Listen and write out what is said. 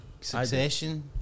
succession